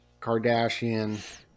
Kardashian-